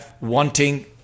wanting